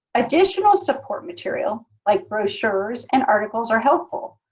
additional support materials like brochures and articles are helpful,